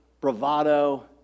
bravado